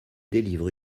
délivre